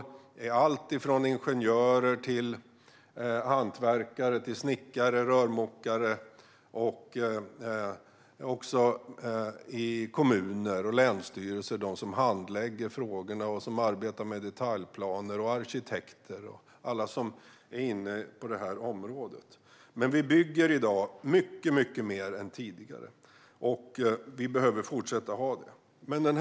Det gäller alltifrån ingenjörer till hantverkare, snickare, rörmokare, de i kommuner och länsstyrelser som handlägger frågorna och arbetar med detaljplaner, arkitekter och alla som är inne på området. Vi bygger i dag mycket mer än tidigare. Vi behöver fortsätta att göra det.